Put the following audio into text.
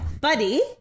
buddy